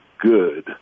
good